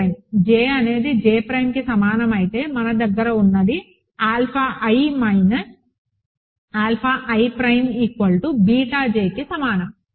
j అనేది j ప్రైమ్కి సమానం అయితే మన దగ్గర ఉన్నది alpha i minus alpha i prime beta jకి సమానం